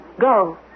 Go